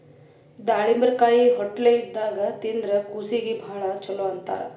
ದಾಳಿಂಬರಕಾಯಿ ಹೊಟ್ಲೆ ಇದ್ದಾಗ್ ತಿಂದ್ರ್ ಕೂಸೀಗಿ ಭಾಳ್ ಛಲೋ ಅಂತಾರ್